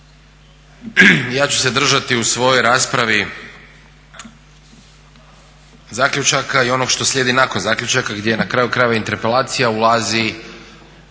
ja ću se držati u svojoj raspravi zaključaka i onog što slijedi nakon zaključaka gdje je na kraju krajeva interpelacija ulazi